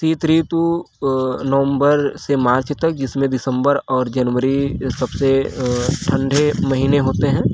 सीत ऋतू नवंबर से मार्च तक जिसमें दिसम्बर और जनवरी सबसे ठंडे महीने होते हैं